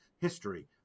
history